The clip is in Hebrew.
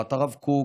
תורת הרב קוק,